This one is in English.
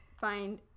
Find